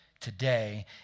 today